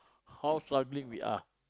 how struggling we are